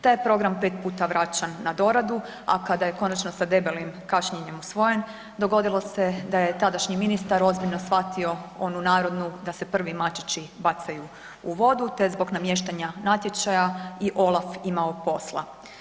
Taj je program 5 puta vraćan na doradu, a kada je konačno sa debelim kašnjenjem usvojen dogodilo se da je tadašnji ministar ozbiljno shvatio onu narodnu da se prvi mačići bacaju u vodu te zbog namještanja natječaja i OLAF imao posla.